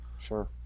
Sure